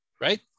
Right